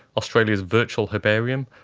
australia's virtual herbarium,